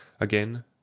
again